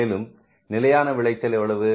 மேலும் நிலையான விளைச்சல் எவ்வளவு